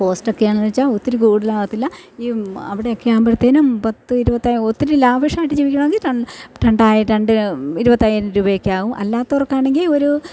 cost ഒക്കെ ആണെന്ന് വെച്ചാൽ ഒത്തിരി കൂടുതൽ ആവത്തില്ല ഈ അവിടെയൊക്കെ ആവുമ്പഴത്തേനും പത്ത് ഒത്തിരി ലാവിഷ് ആയിട്ട് ജീവിക്കണമെങ്കിൽ രണ്ട് ഇരുപത്തയ്യായിരം രൂപയൊക്കെ ആവും അല്ലാത്തവർക്ക് ആണെങ്കിൽ ഒരു